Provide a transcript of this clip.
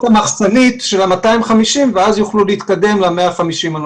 המחסנית של ה-250 ואז יוכלו להתקדם ל-150 הנוספים.